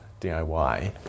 DIY